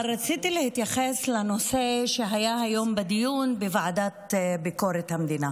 אבל רציתי להתייחס לנושא שהיה היום בדיון בוועדה לביקורת המדינה.